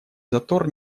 затор